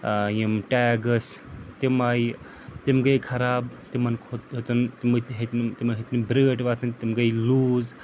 یِم ٹیگ ٲس تِم آیہِ تِم گٔے خراب تِمَن کھوٚت ہیوٚتُن تِمَن تہِ ہیٚتِنۍ تِمَن ہیٚتِنۍ برٛٲڈۍ وَتھٕنۍ تِم گٔے لوٗز